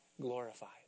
glorified